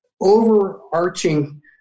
overarching